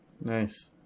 Nice